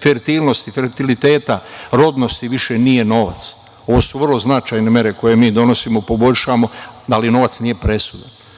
fertilnosti, fertiliteta, rodnosti, više nije novac. Ovo su vrlo značajne mere koje mi donosimo. Poboljšavamo, ali novac nije presudan.